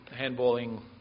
handballing